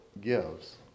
gives